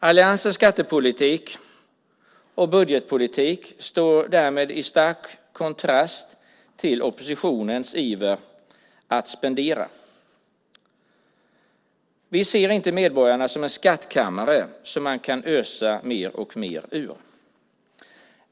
Alliansens skattepolitik och budgetpolitik står därmed i stark kontrast till oppositionens iver att spendera. Vi ser inte medborgarna som en skattkammare som man kan ösa mer och mer ur.